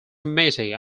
committee